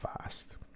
fast